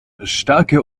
stärke